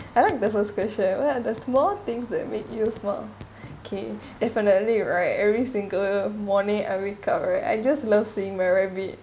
I like the first question where are the small things that make you smile okay definitely finally right every single morning I wake up right I just love seeing my rabbit